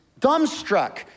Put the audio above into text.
dumbstruck